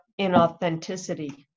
inauthenticity